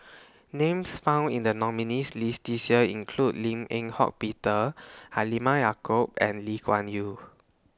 Names found in The nominees' list This Year include Lim Eng Hock Peter Halimah Yacob and Lee Kuan Yew